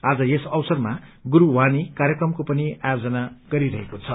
आज यस अवसरमा गुरूवाणी कार्यक्रमको पनि आयोजन गरीरहेको छ